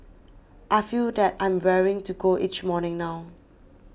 I feel that I'm raring to go each morning now